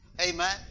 Amen